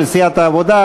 של סיעת העבודה.